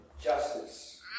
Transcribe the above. justice